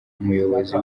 umuyobozi